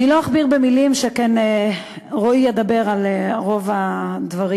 אני לא אכביר מילים, שכן רועי ידבר על רוב הדברים,